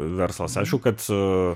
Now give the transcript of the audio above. verslas aišku kad